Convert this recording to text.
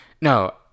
No